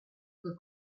per